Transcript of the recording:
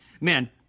Man